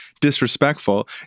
disrespectful